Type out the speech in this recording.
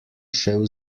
šel